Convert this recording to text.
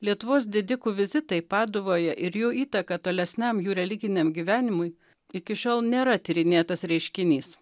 lietuvos didikų vizitai paduvoje ir jų įtaka tolesniam jų religiniam gyvenimui iki šiol nėra tyrinėtas reiškinys